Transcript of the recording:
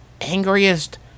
angriest